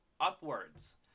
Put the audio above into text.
upwards